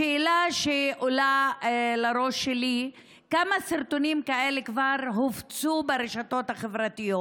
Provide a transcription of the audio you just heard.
השאלה שעולה לראש שלי: כמה סרטונים כאלה כבר הופצו ברשתות החברתיות?